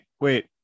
wait